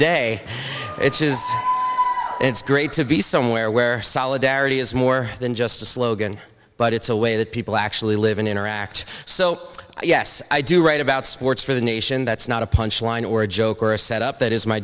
day it is it's great to be somewhere where solidarity is more than just a slogan but it's a way that people actually live and interact so yes i do write about sports for the nation that's not a punchline or a joke or a set up that is my